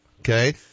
okay